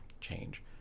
change